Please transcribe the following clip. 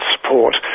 support